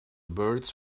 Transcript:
birds